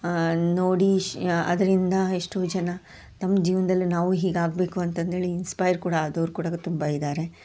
ನೋಡಿ ಶ್ ಅದರಿಂದ ಎಷ್ಟೋ ಜನ ತಮ್ಮ ಜೀವನದಲ್ಲೂ ನಾವೂ ಹೀಗಾಗಬೇಕು ಅಂತಂದು ಹೇಳಿ ಇನ್ಸ್ಪೈರ್ ಕೂಡ ಆದವರು ಕೂಡ ತುಂಬ ಇದ್ದಾರೆ